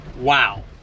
Wow